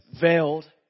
veiled